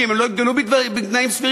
כי אם הם לא יגדלו בתנאים סבירים,